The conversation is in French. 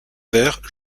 verre